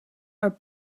are